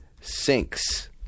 sinks